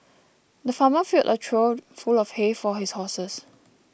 the farmer filled a trough full of hay for his horses